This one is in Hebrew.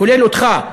כולל אותך,